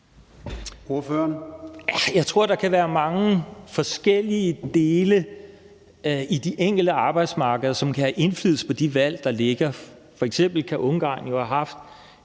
Valentin (V): Jeg tror, der kan være mange forskellige dele i de enkelte arbejdsmarkeder, som kan have indflydelse på de valg, der ligger. F.eks. kan Ungarn jo have haft